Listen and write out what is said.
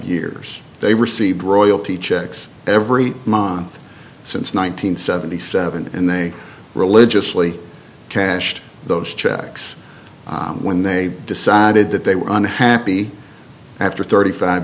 years they received royalty checks every month since one nine hundred seventy seven and they religiously cashed those checks when they decided that they were unhappy after thirty five